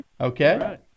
Okay